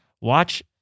Watch